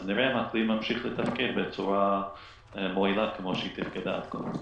אז נראה אם הכלי ממשיך לתפקד בצורה מועילה כמו שתפקד עד כה.